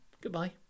goodbye